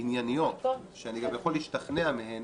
ענייניות שאני גם יכול להשתכנע מהן